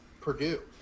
Purdue